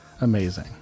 amazing